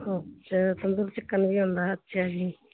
ਅੱਛਾ ਤੰਦੂਰੀ ਚਿਕਨ ਵੀ ਹੁੰਦਾ ਅੱਛਾ ਜੀ